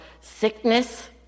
sickness